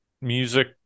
music